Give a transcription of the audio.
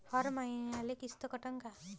हर मईन्याले किस्त कटन का?